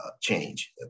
change